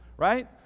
right